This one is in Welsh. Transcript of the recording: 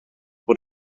bod